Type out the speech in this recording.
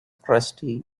crusty